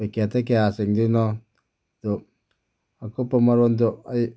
ꯄꯣꯀꯦꯠꯇ ꯀꯌꯥ ꯆꯤꯡꯗꯣꯏꯅꯣ ꯑꯗꯣ ꯑꯀꯨꯞꯄ ꯃꯔꯣꯟꯗꯣ ꯑꯩ